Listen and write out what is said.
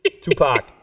Tupac